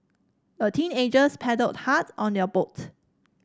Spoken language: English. the teenagers paddled hard on their boat